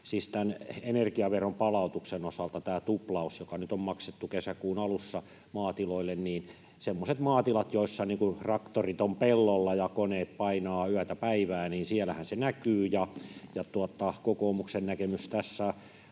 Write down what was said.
energiaveron palautuksen osalta tämä tuplaus, joka nyt on maksettu kesäkuun alussa maatiloille, näkyy semmoisilla maatiloilla, joissa traktorit ovat pellolla ja koneet painavat yötä päivää. Kokoomuksen näkemys tässä